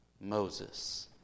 Moses